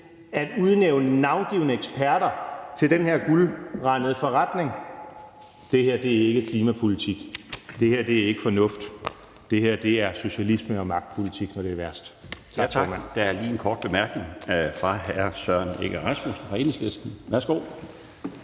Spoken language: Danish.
at udnævne navngivne eksperter til den her guldrandede forretning. Det her er ikke klimapolitik. Det her er ikke fornuft. Det her er socialisme og magtpolitik, når det er værst. Tak, formand. Kl. 16:27 Den fg. formand (Bjarne Laustsen): Tak. Der er lige en kort bemærkning fra hr. Søren Egge Rasmussen fra Enhedslisten. Værsgo.